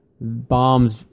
bombs